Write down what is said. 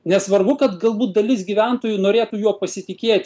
nesvarbu kad galbūt dalis gyventojų norėtų juo pasitikėti